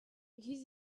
because